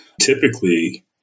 typically